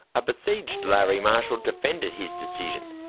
a besieged larry marshall defended his decision,